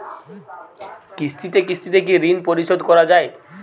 কিস্তিতে কিস্তিতে কি ঋণ পরিশোধ করা য়ায়?